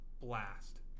Blast